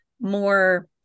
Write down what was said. more